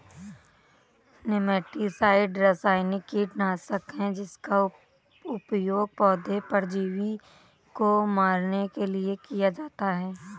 nematicide रासायनिक कीटनाशक है जिसका उपयोग पौधे परजीवी को मारने के लिए किया जाता है